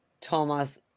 Thomas